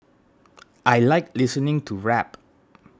I like listening to rap